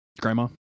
Grandma